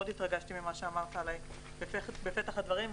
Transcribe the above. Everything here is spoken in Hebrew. מאוד התרגשתי על מה שאמרת עליי בפתח הדברים,